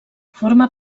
forma